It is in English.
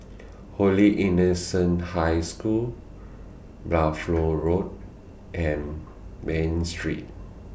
Holy Innocents' High School Buffalo Road and Bain Street